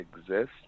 exist